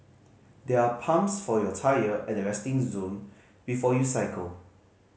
there are pumps for your tyre at the resting zone before you cycle